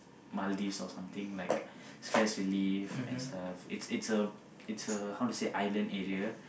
Maldives or something like stress relief and stuff it's it's a it's a how to say island area